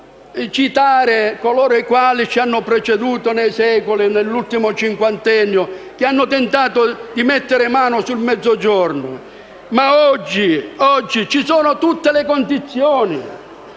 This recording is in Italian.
citare coloro i quali ci hanno preceduto nei secoli, nell'ultimo cinquantennio, che hanno tentato di mettere mano al Mezzogiorno. Ma oggi ci sono tutte le condizioni